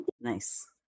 Nice